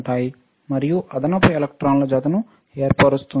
మరియు అదనపు ఎలక్ట్రాన్ జతను ఏర్పరుస్తుంది